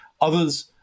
Others